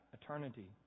eternity